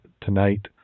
tonight